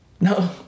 No